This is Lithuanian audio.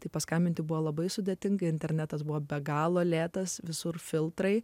taip paskambinti buvo labai sudėtinga internetas buvo be galo lėtas visur filtrai